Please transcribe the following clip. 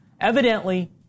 evidently